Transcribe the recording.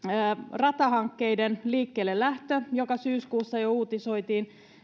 ratahankkeiden liikkeellelähtö josta syyskuussa jo uutisoitiin